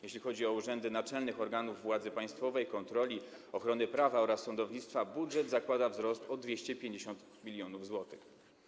Jeśli chodzi o urzędy naczelnych organów władzy państwowej, kontroli, ochrony prawa oraz sądownictwa, budżet zakłada wzrost o 250 mln zł.